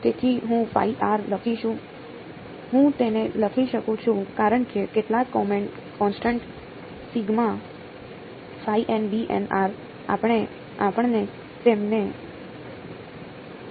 તેથી હું લખીશ હું તેને લખી શકું છું કારણ કે કેટલાક કોન્સટન્ટ આપણે તેમને કૉલ કરીએ છીએ